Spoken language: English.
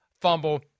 fumble